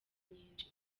nyinshi